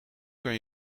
kan